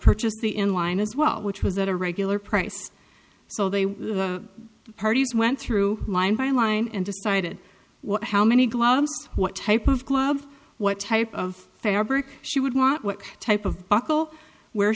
purchase the in line as well which was at a regular price so they parties went through line by line and decided what how many gloves what type of club what type of fabric she would want what type of buckle where